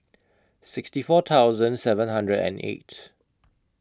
sixty four thousand seven hundred and eight